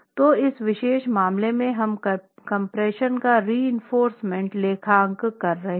तो इस विशेष मामले में हम कम्प्रेशन का रीइंफोर्स्मेंट लेखांकन कर रहे हैं